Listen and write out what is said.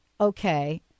okay